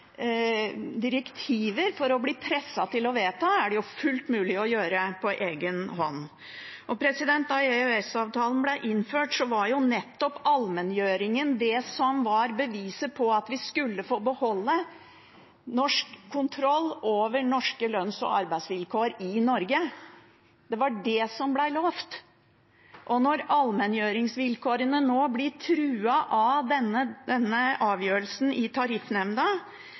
direktiver for å bli presset til å vedta, er det fullt mulig å sette på egen hånd. Da EØS-avtalen ble innført, var nettopp allmenngjøringen beviset på at vi skulle få beholde norsk kontroll over norske lønns- og arbeidsvilkår i Norge. Det var det som ble lovet. Når allmenngjøringsvilkårene nå blir truet av denne avgjørelsen i Tariffnemnda